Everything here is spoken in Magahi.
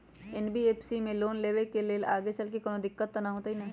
एन.बी.एफ.सी से लोन लेबे से आगेचलके कौनो दिक्कत त न होतई न?